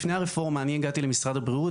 לפני הרפורמה אני הגעתי למשרד הבריאות